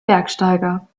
bergsteiger